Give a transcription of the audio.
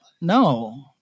No